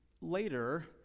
later